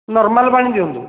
normal ପାଣି ଦିଅନ୍ତୁ